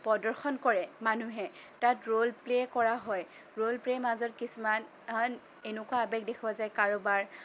প্ৰদৰ্শন কৰে মানুহে তাত ৰ'ল প্লে কৰা হয় ৰ'ল প্লেৰ মাজত কিছুমান আন এনেকুৱা আৱেগ দেখুওৱা যায় কাৰোবাৰ